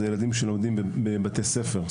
זה ילדים שלומדים בבתי ספר,